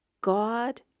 God